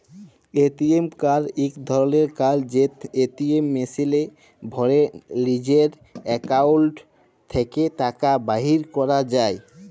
ATM card ইক ধরলের card যেট এটিএম মেশিলে ভ্যরে লিজের একাউল্ট থ্যাকে টাকা বাইর ক্যরা যায়